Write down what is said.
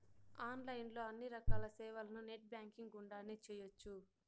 online లో అన్ని రకాల సేవలను నెట్ బ్యాంకింగ్ గుండానే చేయ్యొచ్చు